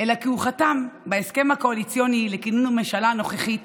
אלא כי הוא חתם בהסכם הקואליציוני לכינון הממשלה הנוכחית